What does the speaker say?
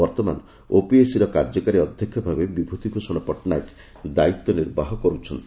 ବର୍ଭମାନ ଓପିଏସ୍ସିର କାର୍ଯ୍ୟକାରୀ ଅଧ୍ଧକ୍ଷ ଭାବେ ବିଭୂତି ଭୂଷଣ ପଟ୍ଟନାୟକ ଦାୟିତ୍ୱ ନିର୍ବାହ କରୁଛନ୍ତି